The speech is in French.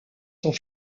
sont